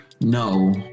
no